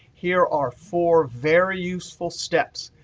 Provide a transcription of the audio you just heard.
here are four very useful steps.